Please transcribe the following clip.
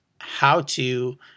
how-to